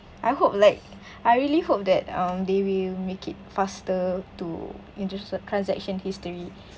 I hope like I really hope that um they will make it faster to introduce the transaction history